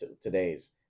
today's